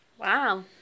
Wow